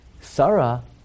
Sarah